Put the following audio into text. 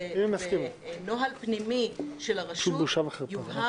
בנוהל פנימי של הרשות יובהר,